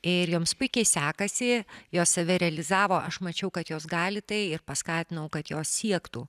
ir joms puikiai sekasi jos save realizavo aš mačiau kad jos gali tai ir paskatinau kad jos siektų